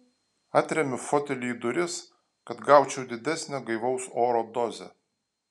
atremiu fotelį į duris kad gaučiau didesnę gaivaus oro dozę